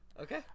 Okay